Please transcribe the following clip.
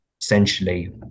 essentially